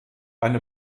eine